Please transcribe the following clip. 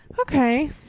Okay